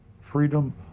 freedom